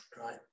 right